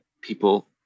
people